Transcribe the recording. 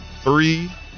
three